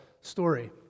story